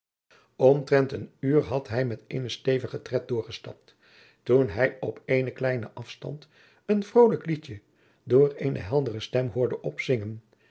omtrent een uur had hij met eenen stevigen tred doorgestapt toen hij op eenen kleinen afstand een vrolijk liedje door eene heldere stem hoorde opzingen